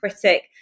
critic